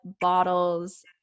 bottles